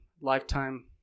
Lifetime